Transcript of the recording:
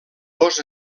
dos